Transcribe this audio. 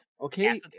Okay